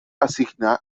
asigna